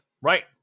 right